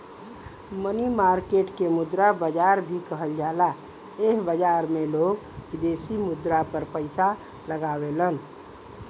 मनी market के मुद्रा बाजार भी कहल जाला एह बाजार में लोग विदेशी मुद्रा पर पैसा लगावेलन